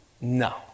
no